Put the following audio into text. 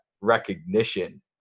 recognition